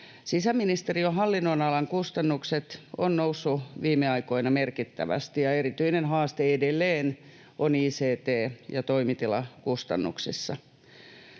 Sisäministeriön hallinnonalan kustannukset ovat nousseet viime aikoina merkittävästi, ja erityinen haaste edelleen on ict- ja toimitilakustannuksissa.